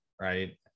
right